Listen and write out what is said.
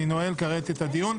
אני נועל את הדיון.